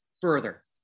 further